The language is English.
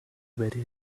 very